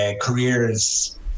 careers